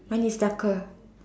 mine is darker